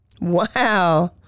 Wow